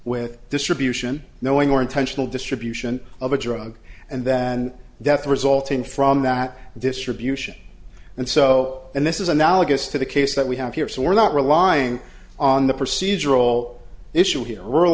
with distribution knowing or intentional distribution of a drug and then death resulting from that distribution and so and this is analogous to the case that we have here so we're not relying on the procedural issue here